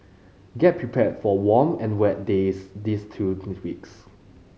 get prepared for warm and wet days these two next weeks